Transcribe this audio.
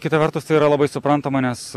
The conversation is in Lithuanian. kita vertus tai yra labai suprantama nes